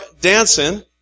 dancing